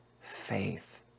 faith